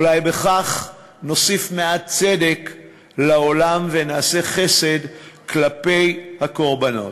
אולי בכך נוסיף מעט צדק לעולם ונעשה חסד כלפי הקורבנות.